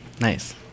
Nice